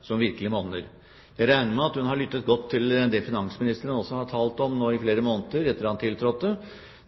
som virkelig monner. Jeg regner med at hun har lyttet godt til det finansministeren har talt om i flere måneder etter at han tiltrådte,